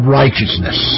righteousness